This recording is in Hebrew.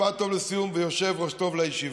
משפט טוב לסיום, ויושב-ראש טוב לישיבה.